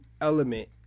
element